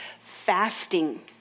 fasting